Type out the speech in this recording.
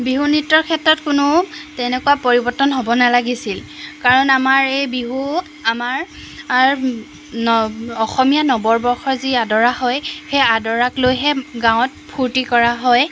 বিহু নৃত্যৰ ক্ষেত্ৰত কোনো তেনেকুৱা পৰিৱৰ্তন হ'ব নালাগিছিল কাৰণ আমাৰ এই বিহু আমাৰ ন অসমীয়াৰ নৱবৰ্ষৰ যি আদৰা হয় সেই আদৰাক লৈহে গাঁৱত ফূৰ্তি কৰা হয়